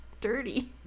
dirty